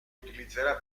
utilizzerà